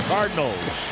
Cardinals